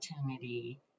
opportunity